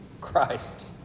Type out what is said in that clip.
Christ